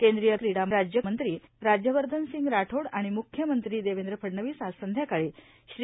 केंद्रीय राज्य क्रीडा मंत्री राज्यवर्धनसिंग राठोड आणि मूख्यमंत्री देवेंद्र फडणवीस आज संध्याकाळी श्री